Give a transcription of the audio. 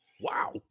Wow